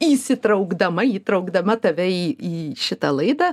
įsitraukdama įtraukdama tave į į šitą laidą